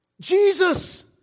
Jesus